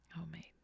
homemade